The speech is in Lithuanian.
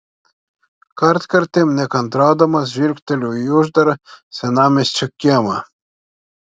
kartkartėm nekantraudamas žvilgteliu į uždarą senamiesčio kiemą